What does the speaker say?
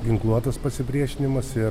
ginkluotas pasipriešinimas ir